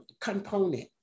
component